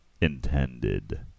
intended